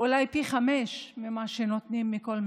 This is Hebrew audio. אולי פי חמישה ממה שנותנים לכל משפחה.